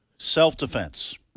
Self-defense